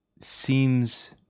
seems